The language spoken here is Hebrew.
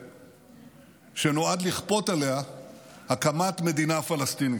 שנועד לכפות עליה הקמת מדינה פלסטינית.